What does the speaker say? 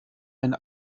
ein